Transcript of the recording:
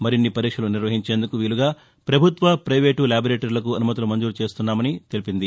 మరిన్ని పరీక్షలు నిర్వహించేందుకు వీలుగా పభుత్వ పైవేటు ల్యాటొరేటరీలకు అనుమతులు మంజూరు చేస్తున్నామని పేర్కొంది